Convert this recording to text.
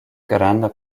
granda